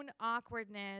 awkwardness